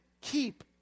keep